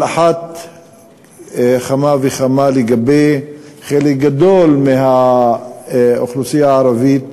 על אחת כמה וכמה לגבי חלק גדול מהאוכלוסייה הערבית,